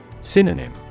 Synonym